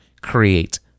create